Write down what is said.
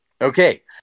Okay